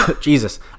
Jesus